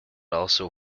also